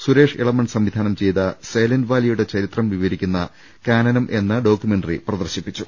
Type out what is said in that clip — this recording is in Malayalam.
സുരേഷ് ഇളമൺ സംവി ധാനം ചെയ്ത സൈലന്റ് വാലിയുടെ ചരിത്രം വിവരിക്കുന്ന കാനനം എന്ന ഡോക്യുമെന്ററി പ്രദർശിപ്പിച്ചു